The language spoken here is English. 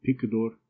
picador